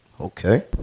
Okay